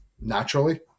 naturally